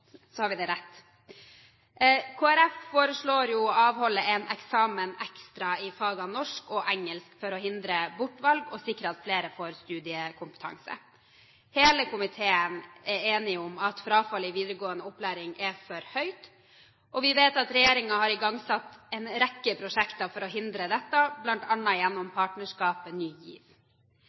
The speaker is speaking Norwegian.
rett. Kristelig Folkeparti foreslår å avholde en eksamen ekstra i fagene norsk og engelsk for å hindre bortvalg og sikre at flere får studiekompetanse. Hele komiteen er enige om at frafallet i videregående opplæring er for høyt, og vi vet at regjeringen har igangsatt en rekke prosjekter for å hindre dette, bl.a. gjennom partnerskapet Ny GIV.